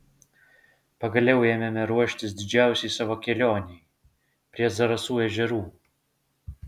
pagaliau ėmėme ruoštis didžiausiai savo kelionei prie zarasų ežerų